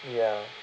ya